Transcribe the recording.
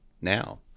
now